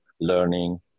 learning